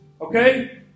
okay